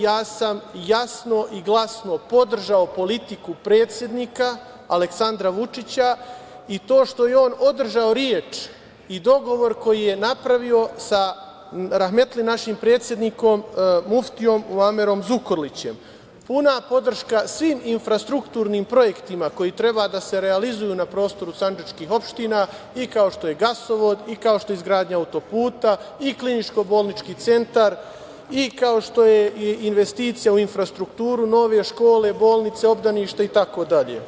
Ja sam jasno i glasno podržao politiku predsednika Aleksandra Vučića i to što je on održao reč i dogovor koji je napravio sa rahmetli našim predsednikom muftijom Muamerom Zukorilićem, puna podrška svim infrastrukturnim projektima koji treba da se realizuju na prostoru sandžačkih opština, kao što je gasovod, kao što je izgradnja auto-puta, kliničko-bolnički centar i kao što je investicija u infrastrukturu, nove škole, bolnice, obdaništa itd.